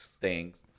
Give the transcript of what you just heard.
Thanks